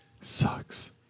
Sucks